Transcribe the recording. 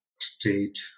state